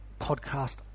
podcast